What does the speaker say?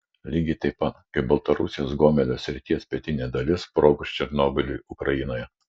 lygiai taip pat kaip baltarusijos gomelio srities pietinė dalis sprogus černobyliui ukrainoje